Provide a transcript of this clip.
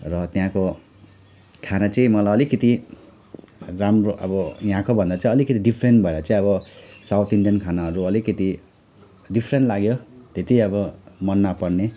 र त्यहाँको खाना चाहिँ मलाई अलिकति राम्रो अब यहाँको भन्दा चाहिँ अलिकति डिफ्रेन्ट भएर चाहिँ अब साउथ इन्डियन खानाहरू अलिकति डिफ्रेन्ट लाग्यो त्यत्ति अब मन नपर्ने